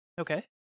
Okay